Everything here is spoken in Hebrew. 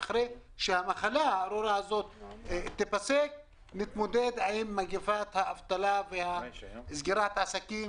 אחרי שהמחלה הארורה הזאת תיפסק נתמודד עם מגפת האבטלה וסגירת עסקים,